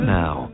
now